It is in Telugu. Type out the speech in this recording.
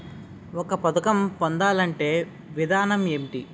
ఒక పథకం పొందాలంటే విధానం ఏంటి?